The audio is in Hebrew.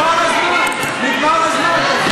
ונגמר הזמן.